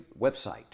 website